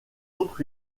autres